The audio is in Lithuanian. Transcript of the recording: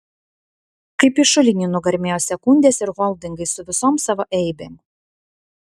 kaip į šulinį nugarmėjo sekundės ir holdingai su visom savo eibėm